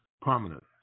prominent